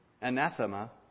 anathema